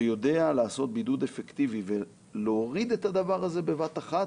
ויודע לעשות בידוד אפקטיבי ולהוריד את הדבר הזה בבת אחת,